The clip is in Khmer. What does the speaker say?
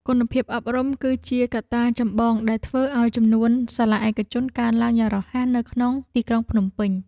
គុណភាពអប់រំគឺជាកត្តាចម្បងដែលធ្វើឱ្យចំនួនសាលាឯកជនកើនឡើងយ៉ាងរហ័សនៅក្នុងទីក្រុងភ្នំពេញ។